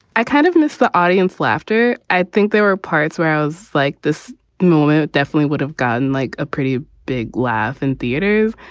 i kind of miss the audience laughter. i think there were parts, whereas like this moment, it definitely would have gotten like a pretty big laugh in theaters.